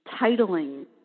titling